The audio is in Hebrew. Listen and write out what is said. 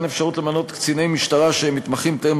מתן אפשרות למנות קציני משטרה שהם מתמחים טרם